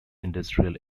industrial